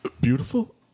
Beautiful